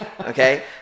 Okay